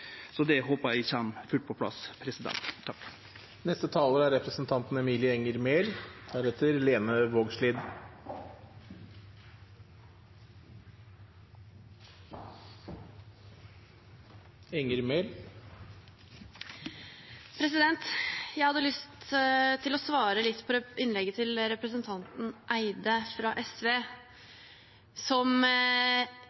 Det håpar eg kjem fullt på plass. Jeg hadde lyst til å svare litt på innlegget til representanten Eide fra SV, som jeg synes har en feil inngang til